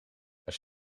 als